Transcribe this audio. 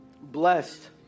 blessed